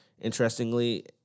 Interestingly